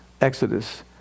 Exodus